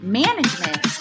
management